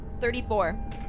Thirty-four